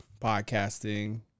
podcasting